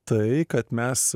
tai kad mes